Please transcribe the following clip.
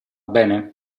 bene